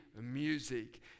music